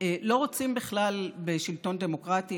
לא רוצים בכלל בשלטון דמוקרטי,